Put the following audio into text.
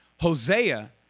Hosea